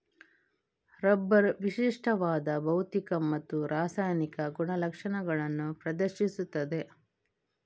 rubber ವಿಶಿಷ್ಟವಾದ ಭೌತಿಕ ಮತ್ತು ರಾಸಾಯನಿಕ ಗುಣಲಕ್ಷಣಗಳನ್ನು ಪ್ರದರ್ಶಿಸುತ್ತದೆ